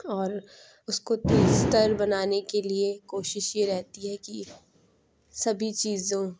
اور اس کو ٹیسٹر بنانے کے لیے کوشش یہ رہتی ہے کہ سبھی چیزوں